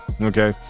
okay